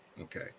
Okay